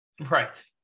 Right